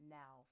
now